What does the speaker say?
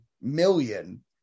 million